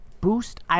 Boost